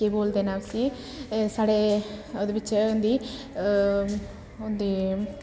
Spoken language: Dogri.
केह् बोलदे न उस्सी साढ़े ओह्दे बिच्च ओह् होंदी होंदी